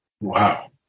wow